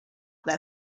their